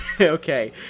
Okay